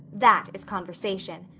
that is conversation.